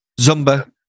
Zumba